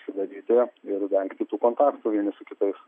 užsidaryti ir vengti tų kontaktų vieni su kitais